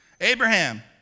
Abraham